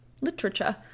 literature